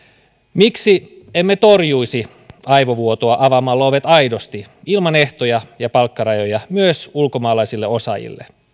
miksi emme torjuisi aivovuotoa avaamalla ovet aidosti ilman ehtoja ja palkkarajoja myös ulkomaalaisille osaajille